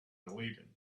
deleted